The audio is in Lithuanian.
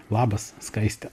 labas skaiste